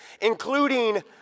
including